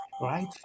right